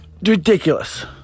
Ridiculous